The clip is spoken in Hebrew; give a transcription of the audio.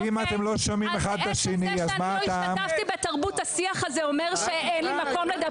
לסגור את זה כבר במושב הזה ולהביא מזור